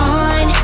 on